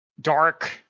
dark